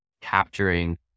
capturing